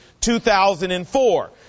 2004